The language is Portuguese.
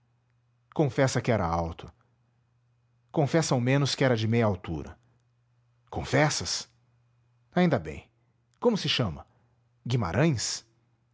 confessa que era alto confessa ao menos que era de meia altura confessas ainda bem como se chama guimarães